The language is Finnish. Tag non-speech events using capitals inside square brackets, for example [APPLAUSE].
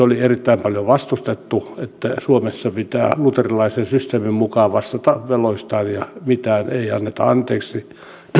[UNINTELLIGIBLE] oli erittäin paljon vastustettu sillä että suomessa pitää luterilaisen systeemin mukaan vastata veloistaan ja mitään ei anneta anteeksi mutta